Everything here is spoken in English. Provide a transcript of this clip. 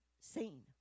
seen